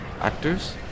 Actors